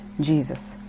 Jesus